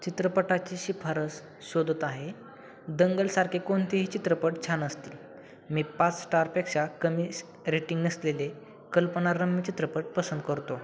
चित्रपटाची शिफारस शोधत आहे दंगलसारखे कोणतेही चित्रपट छान असतील मी पाच स्टारपेक्षा कमी रेटिंग नसलेले कल्पनारम्य चित्रपट पसंत करतो